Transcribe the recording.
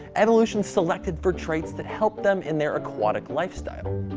evolution selected for traits that helped them in their aquatic lifestyle.